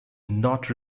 not